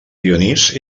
dionís